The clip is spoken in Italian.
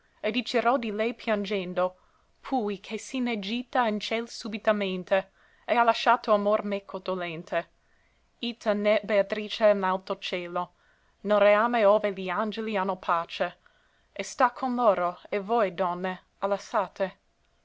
dicerò di lei piangendo pui che si n'è gita in ciel subitamente e ha lasciato amor meco dolente ita n'è beatrice in l'alto cielo nel reame ove li angeli hanno pace e sta con loro e voi donne ha lassate